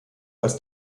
als